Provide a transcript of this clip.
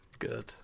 good